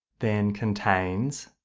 then contains.